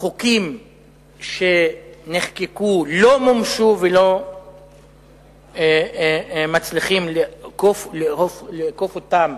חוקים שנחקקו לא מומשו ולא מצליחים לאכוף אותם